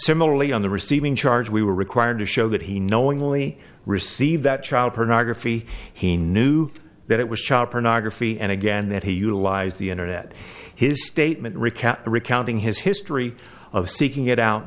similarly on the receiving charge we were required to show that he knowingly received that child pornography he knew that it was child pornography and again that he utilized the internet his statement recount recounting his history of seeking it out